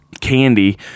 candy